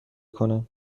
کنم